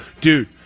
Dude